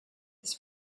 this